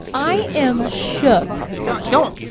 i am shook. don't, don't,